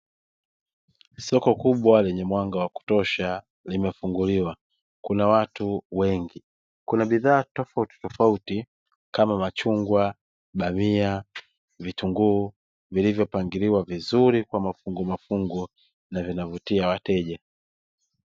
Soko kubwa lenye mwanga wa kutosha limefunguliwa, kuna watu wengi kuna bidhaa tofauti tofauti kama machungwa, bamia vitunguu vilivyopangiliwa vizuri kwa mafungu mafungu na vinavutia wateja.